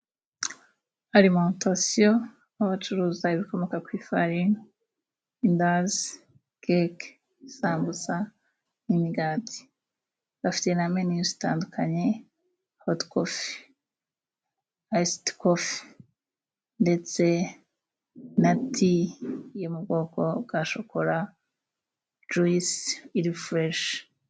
Alimantasiyo aho bacuruza ibikomoka ku ifarini, indazi, keke, sambusa, imigati, bafite na meni zitandukanye hote kofi, ayisiti kofi, ndetse na ti yo mu bwoko bwa shokora, juyise iri freshe.